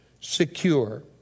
secure